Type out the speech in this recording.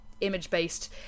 image-based